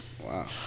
Wow